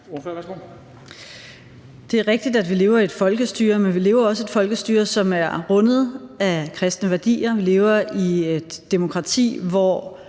Det er rigtigt, at vi lever i et folkestyre, men vi lever også i et folkestyre, som er rundet af kristne værdier. Vi lever i et demokrati, hvor